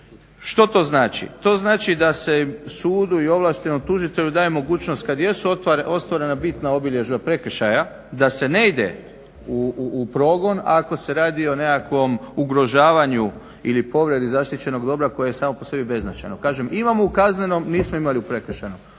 Što to znači? To znači da se sudu i ovlaštenom tužitelju daje mogućnost kada jesu ostvarena bitna obilježja prekršaja da se ne ide u progon ako se radi o nekakvom ugrožavanju ili povredi zaštićenog dobra koje je samo po sebi beznačajno. Kažem, imamo u Kaznenom nismo imali u Prekršajnom.